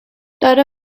داره